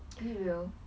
is it real